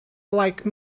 like